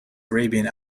arabian